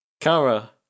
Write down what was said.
Kara